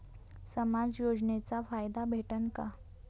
समाज योजनेचा फायदा भेटन का?